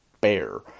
bear